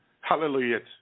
Hallelujah